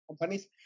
companies